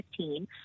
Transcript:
2015